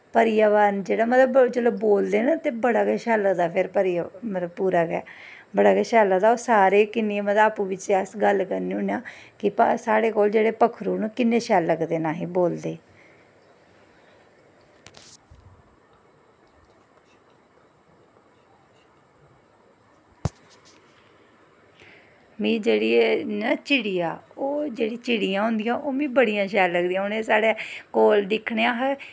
प्रयावरण जिसलै बोलदे ना बड़ा गै शैल लगदा फिर पूरा गै बड़ा गै शैल लगदा किन्ना अस अपने पिछें गल्ल करने आं साढ़े कोल जेह्ड़े पक्खरू न किन्ने शैल लगदे न अ'सें गी बोलदे मिगी एह् जेह्ड़ी ऐ ना चिड़ियां ओह् जेह्ड़ी चिड़ियां होंदियां मिगी बड़ियां शैल लगदियां साढ़ै कोल दिक्खने अस